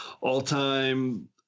all-time